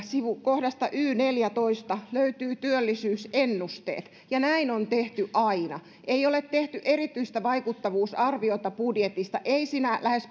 kohdasta y neljätoista löytyvät työllisyysennusteet ja näin on tehty aina ei ole tehty erityistä vaikuttavuusarviota budjetista ei sinä lähes